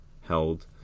held